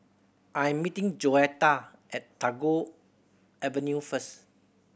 I am meeting Joetta at Tagore Avenue first